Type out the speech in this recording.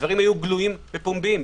הדברים היו גלויים ופומביים.